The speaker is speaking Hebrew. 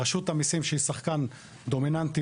רשות המיסים, שהיא שחקן דומיננטי.